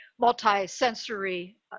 multi-sensory